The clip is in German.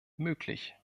möglich